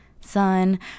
son